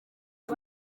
uyu